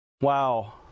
Wow